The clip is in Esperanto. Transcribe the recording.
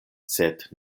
sed